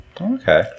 Okay